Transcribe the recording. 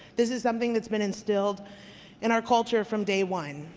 this is something that's been instilled in our culture from day one.